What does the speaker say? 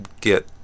get